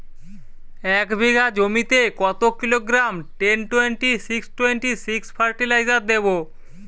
এক বিঘা জমিতে কত kilogram ten twenty six twenty six fertiliser দেবো?